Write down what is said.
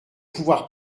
pouvoir